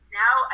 now